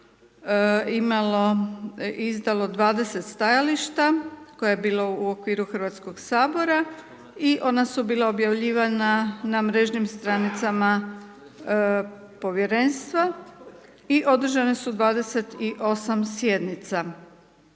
imalo, izdalo 20 stajališta, koje je bilo u okviru Hrvatskog sabora i ona su bila objavljivana na mrežnim stranicama povjerenstva i održane su 28 sjednica.